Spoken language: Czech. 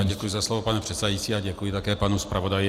Děkuji za slovo, pane předsedající, a děkuji také panu zpravodaji.